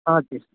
हजुर